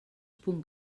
punt